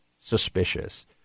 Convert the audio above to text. suspicious